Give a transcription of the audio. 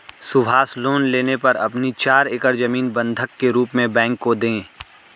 Subhash loan लेने पर अपनी चार एकड़ जमीन बंधक के रूप में बैंक को दें